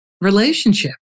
relationship